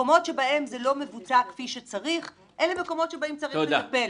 מקומות שבהם זה לא מבוצע כפי שצריך אלה מקומות שבהם צריך לטפל.